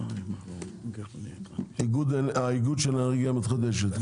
איגוד האנרגיה המתחדשת.